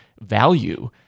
value